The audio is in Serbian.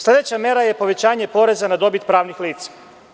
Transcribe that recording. Sledeća mera je povećanje poreza na dobit pravnih lica.